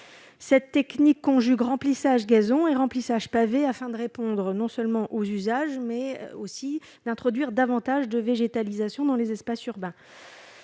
cette technique conjugue remplissage gazon est remplissage pavés afin de répondre non seulement aux usages mais aussi d'introduire davantage de végétalisation dans les espaces urbains,